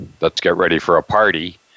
let's-get-ready-for-a-party